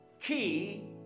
Key